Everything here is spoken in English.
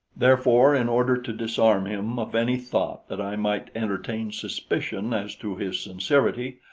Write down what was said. therefore, in order to disarm him of any thought that i might entertain suspicion as to his sincerity,